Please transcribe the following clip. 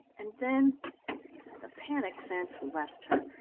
and then the panic sense left her,